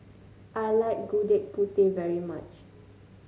I like Gudeg Putih very much